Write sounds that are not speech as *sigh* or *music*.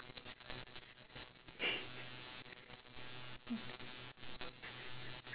*laughs*